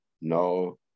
No